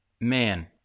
man